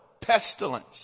pestilence